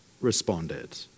responded